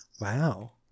wow